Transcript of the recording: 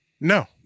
No